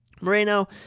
Moreno